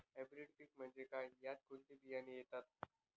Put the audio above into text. Hybrid पीक म्हणजे काय? यात कोणते बियाणे येतात?